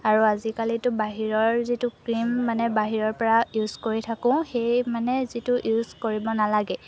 আৰু আজিকালিতো বাহিৰৰ যিটো ক্ৰীম মানে বাহিৰৰপৰা ইউজ কৰি থাকোঁ সেই মানে যিটো ইউজ কৰিব নালাগে